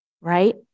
right